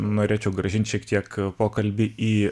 norėčiau grąžinti šiek tiek pokalbį į